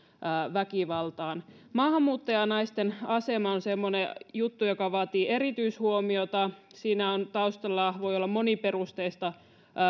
väkivallan ehkäisemiseen maahanmuuttajanaisten asema on semmoinen juttu joka vaatii erityishuomiota siinä voi taustalla olla moniperustaista